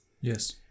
Yes